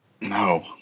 No